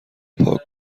پاک